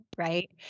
Right